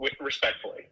respectfully